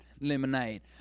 lemonade